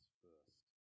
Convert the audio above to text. first